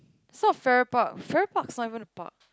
it's not Farrer Park Farrer Park's not even a park